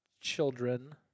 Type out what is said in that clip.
children